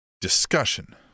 discussion